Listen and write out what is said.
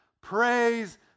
Praise